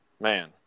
Man